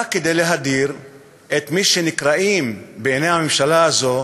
בא להדיר את מי שנקראים בעיני הממשלה הזאת,